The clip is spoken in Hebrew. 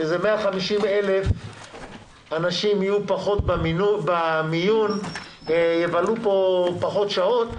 שזה 150,000 אנשים שיהיו פחות במיון ויבלו בו פחות שעות,